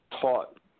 taught